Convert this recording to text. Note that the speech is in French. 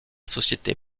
société